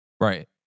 Right